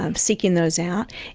um seeking those out.